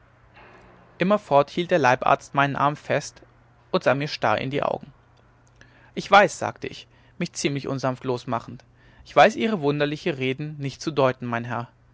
immerfort hielt der leibarzt meinen arm fest und sah mir starr in die augen ich weiß sagte ich mich ziemlich unsanft losmachend ich weiß ihre wunderliche reden nicht zu deuten mein herr